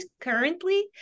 currently